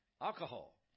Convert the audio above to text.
alcohol